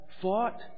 fought